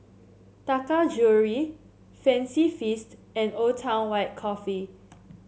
Taka Jewelry Fancy Feast and Old Town White Coffee